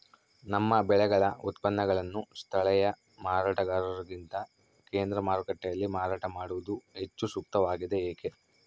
ನಮ್ಮ ಬೆಳೆಗಳ ಉತ್ಪನ್ನಗಳನ್ನು ಸ್ಥಳೇಯ ಮಾರಾಟಗಾರರಿಗಿಂತ ಕೇಂದ್ರ ಮಾರುಕಟ್ಟೆಯಲ್ಲಿ ಮಾರಾಟ ಮಾಡುವುದು ಹೆಚ್ಚು ಸೂಕ್ತವಾಗಿದೆ, ಏಕೆ?